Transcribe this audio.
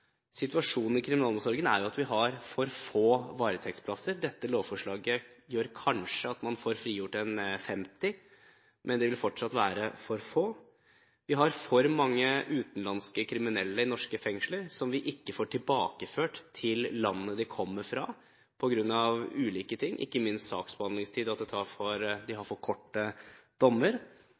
Situasjonen i kriminalomsorgen er at vi har for få varetektsplasser. Dette lovforslaget gjør at man kanskje får frigjort ca. 50 plasser, men det vil fortsatt være for få. Vi har for mange utenlandske kriminelle i norske fengsler som vi ikke får tilbakeført til landet de kommer fra, pga. ulike ting – ikke minst saksbehandlingstid, at de har for korte dommer.